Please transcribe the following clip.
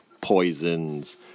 poisons